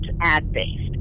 ad-based